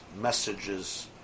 messages